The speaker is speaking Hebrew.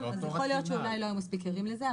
יכול להיות שאולי לא היו מספיק ערים לזה.